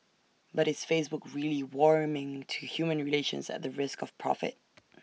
but it's Facebook really warming to human relations at the risk of profit